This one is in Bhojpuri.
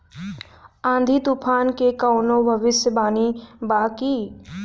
आँधी तूफान के कवनों भविष्य वानी बा की?